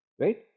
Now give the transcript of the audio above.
right